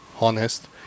honest